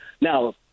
Now